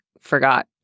forgot